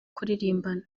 kuririmbana